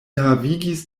havigis